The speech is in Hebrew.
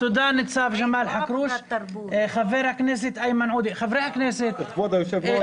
--- כבוד היושב-ראש,